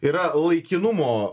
yra laikinumo